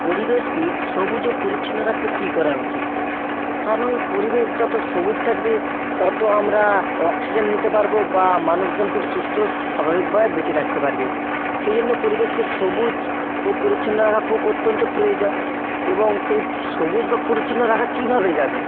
পরিবেশকে সবুজ ও পরিচ্ছন্ন রাখতে কী করা উচিত কারণ পরিবেশ যত সবুজ থাকবে তত আমরা অক্সিজেন নিতে পারবো বা মানুষজন খুব সুস্থ স্বাভাবিকভাবে বেঁচে থাকতে পারবে সেই জন্য পরিবেশকে সবুজ ও পরিচ্ছন্ন রাখা খুব অত্যন্ত প্রয়োজন এবং সেই সবুজ বা পরিচ্ছন্ন রাখা কীভাবে যাবে